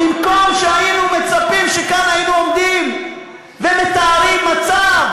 במקום, היינו מצפים שהיו עומדים כאן ומתארים מצב